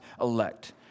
elect